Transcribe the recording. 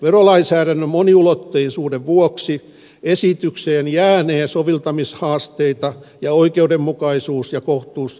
verolainsäädännön moniulotteisuuden vuoksi esitykseen jäänee soveltamishaasteita ja oikeudenmukaisuus ja kohtuustavoitteita